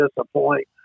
disappoint